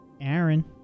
Aaron